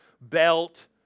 belt